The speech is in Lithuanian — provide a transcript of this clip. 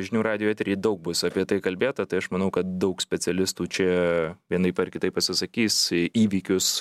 žinių radijo etery daug bus apie tai kalbėta tai aš manau kad daug specialistų čia vienaip ar kitaip pasisakys į įvykius